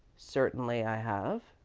certainly i have,